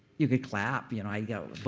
you can clap, you know you know